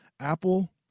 Apple